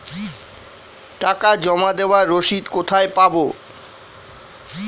টাকা জমা দেবার রসিদ কোথায় পাব?